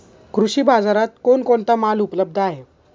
कृषी बाजारात कोण कोणता माल उपलब्ध आहे?